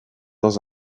dans